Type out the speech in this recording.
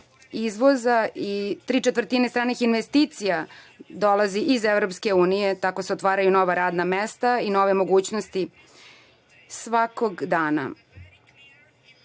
izvoza i tri četvrtine stranih investicija dolazi iz EU, tako se otvaraju nova radna mesta i nove mogućnosti svakog